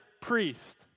priest